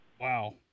Wow